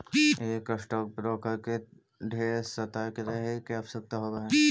एक stock broker के ढेर सतर्क रहे के आवश्यकता होब हई